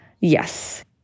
Yes